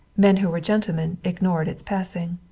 men who were gentlemen ignored its passing.